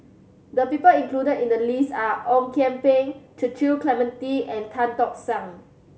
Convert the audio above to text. the people included in the list are Ong Kian Peng Cecil Clementi and Tan Tock San